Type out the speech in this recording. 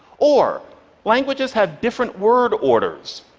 or languages have different word orders.